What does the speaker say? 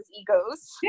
egos